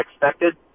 expected